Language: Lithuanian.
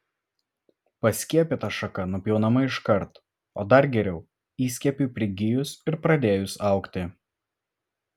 paskiepyta šaka nupjaunama iškart o dar geriau įskiepiui prigijus ir pradėjus augti